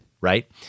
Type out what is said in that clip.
Right